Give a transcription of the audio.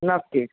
नक्की